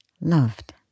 loved